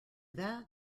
that